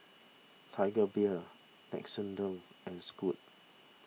Tiger Beer Nixoderm and Scoot